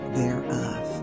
thereof